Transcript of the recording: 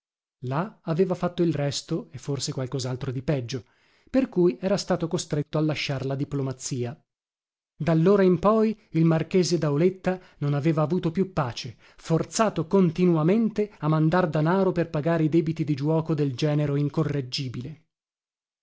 là aveva fatto il resto e forse qualcosaltro di peggio per cui era stato costretto a lasciar la diplomazia dallora in poi il marchese dauletta non aveva avuto più pace forzato continuamente a mandar danaro per pagare i debiti di giuoco del genero incorreggibile